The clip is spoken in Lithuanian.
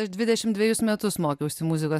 aš dvidešimt dvejus metus mokiausi muzikos